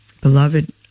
Beloved